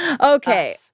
Okay